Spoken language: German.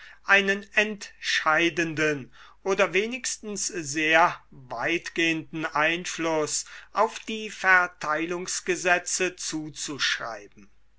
einen entscheidenden oder wenigstens sehr weitgehenden einfluß auf die verteilungsgesetze zuzuschreiben